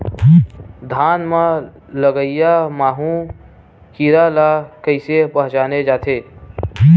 धान म लगईया माहु कीरा ल कइसे पहचाने जाथे?